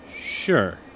Sure